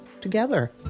together